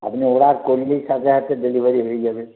আপনি অর্ডার করলেই সাথে সাথে ডেলিভারি হয়ে যাবে